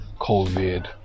COVID